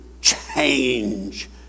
change